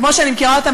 כמו שאני מכירה אותם,